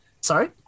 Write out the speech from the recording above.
Sorry